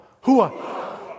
Hua